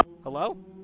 Hello